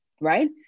right